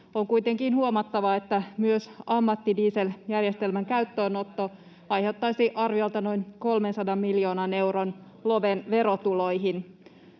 On kuitenkin huomattava, että myös ammattidiesel-järjestelmän käyttöönotto aiheuttaisi arviolta noin 300 miljoonan euron loven verotuloihin.